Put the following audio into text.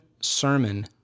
sermon